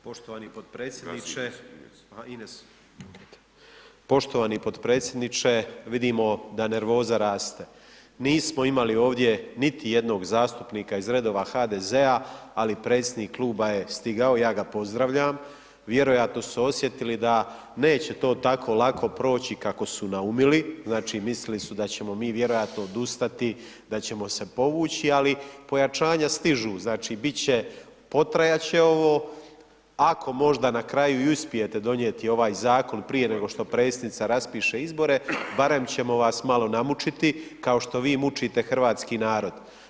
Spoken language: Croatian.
Poštovani potpredsjedniče, vidimo da nervoza raste, nismo imali ovdje niti jednog zastupnika iz redova HDZ-a, ali predsjednik kluba je stigao, ja ga pozdravljam, vjerojatno su osjetili da neće to tako lako proći kako su naumili, znači, mislili su da ćemo mi vjerojatno odustati, da ćemo se povući, ali pojačanja stižu, znači, bit će, potrajat će ovo, ako možda na kraju i uspijete donijeti ovaj zakon prije nego što predsjednica raspiše izbore, barem ćemo vas malo namučiti, kao što vi mučite hrvatski narod.